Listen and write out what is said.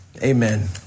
Amen